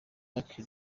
lucky